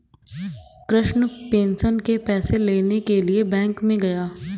Krishna pension के पैसे लेने के लिए बैंक में गया